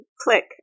click